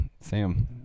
Sam